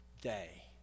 day